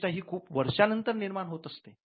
प्रतिष्ठा ही खूप वर्षानंतर निर्माण होत असते